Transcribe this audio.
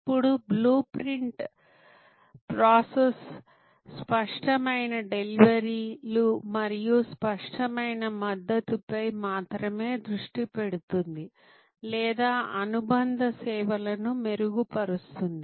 ఇప్పుడు blue print process స్పష్టమైన డెలివరీలు మరియు స్పష్టమైన మద్దతుపై మాత్రమే దృష్టి పెడుతుంది లేదా అనుబంధ సేవలను మెరుగుపరుస్తుంది